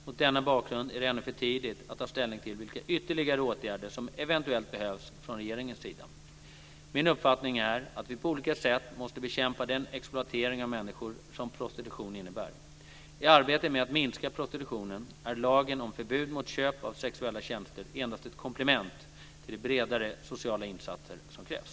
Mot denna bakgrund är det ännu för tidigt att ta ställning till vilka ytterligare åtgärder som eventuellt behövs från regeringens sida. Min uppfattning är att vi på olika sätt måste bekämpa den exploatering av människor som prostitution innebär. I arbetet med att minska prostitutionen är lagen om förbud mot köp av sexuella tjänster endast ett komplement till de bredare sociala insatser som krävs.